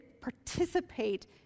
participate